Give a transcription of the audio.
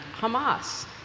Hamas